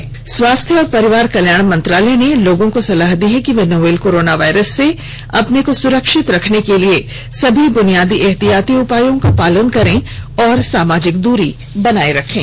advisory स्वास्थ्य और परिवार कल्याण मंत्रालय ने लोगों को सलाह दी है कि वे नोवल कोरोना वायरस से अपने को सुरक्षित रखने के लिए सभी बुनियादी एहतियाती उपायों का पालन करें और सामाजिक दूरी बनाए रखें